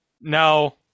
No